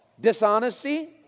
dishonesty